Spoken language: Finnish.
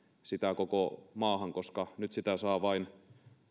sitä koko maahan koska nyt sitä saa vain